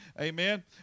Amen